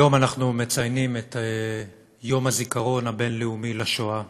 היום אנחנו מציינים את יום הזיכרון הבין-לאומי לשואה,